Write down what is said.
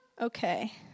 Okay